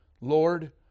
Lord